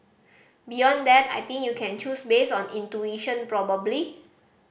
beyond that I think you can choose based on intuition probably